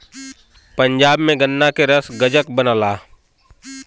पंजाब में गन्ना के रस गजक बनला